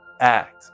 act